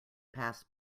pass